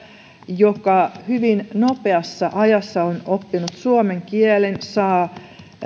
joka hyvin nopeassa ajassa on oppinut suomen kielen saa